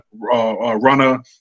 runner